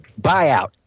Buyout